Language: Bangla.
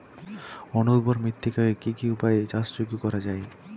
অনুর্বর মৃত্তিকাকে কি কি উপায়ে চাষযোগ্য করা যায়?